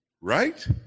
Right